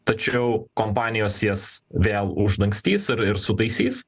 tačiau kompanijos jas vėl uždangstys ir ir sutaisys